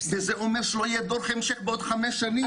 וזה אומר שלא יהיה דור המשך בעוד חמש שנים.